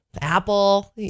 apple